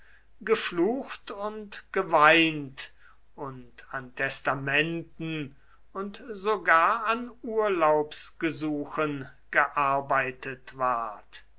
geflucht und geweint und an testamenten und sogar an urlaubsgesuchen gearbeitet ward